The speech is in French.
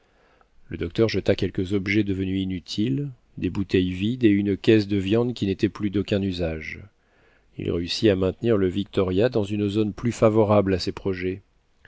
le docteur jeta quelques objets devenus inutiles des bouteilles vides et une caisse de viande qui n'était plus d'aucun usage il réussit à maintenir le victoria dans une zone plus favorable à ses projets